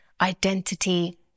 identity